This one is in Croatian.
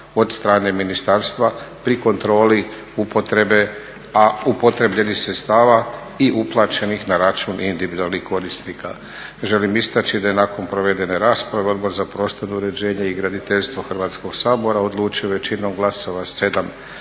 od strane ministarstva pri kontroli upotrebe, a upotrjebljenih sredstava i uplaćenih na račun individualnih korisnika. Želim istaći da je nakon provedene rasprave Odbor za prostorno uređenje i graditeljstvo Hrvatskog sabora odlučio većinom glasova 7